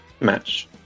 match